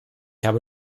habe